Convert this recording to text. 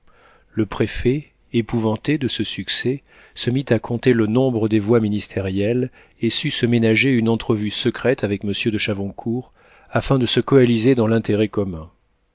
le préfet épouvanté de ce succès se mit à compter le nombre des voix ministérielles et sut se ménager une entrevue secrète avec monsieur de chavoncourt afin de se coaliser dans l'intérêt commun